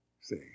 See